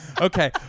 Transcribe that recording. Okay